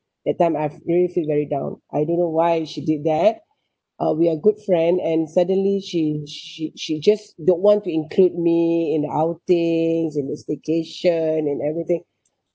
that time I really feel very down I don't know why she did that uh we are good friend and suddenly she she she just don't want to include me in outings in the staycation and everything